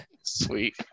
Sweet